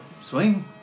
Swing